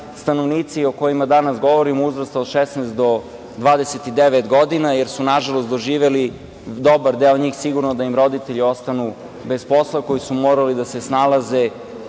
stanovnici o kojima danas govorimo, uzrasta od 16 do 29 godina, jer su nažalost doživeli, dobar deo njih sigurno, da im roditelji ostanu bez posla koji su morali da se snalaze,